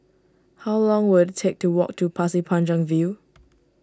how long will it take to walk to Pasir Panjang View